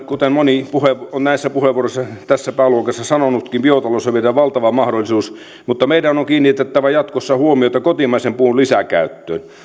kuten moni on näissä puheenvuoroissa tässä pääluokassa sanonutkin on meidän valtava mahdollisuutemme mutta meidän on on kiinnitettävä jatkossa huomiota kotimaisen puun lisäkäyttöön